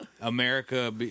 America